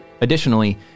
Additionally